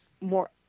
more